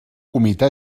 comitè